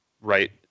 right